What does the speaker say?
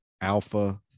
alpha